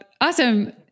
Awesome